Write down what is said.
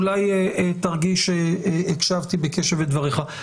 אולי תרגיש שהקשבתי בקשב לדבריך.